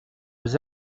aux